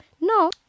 no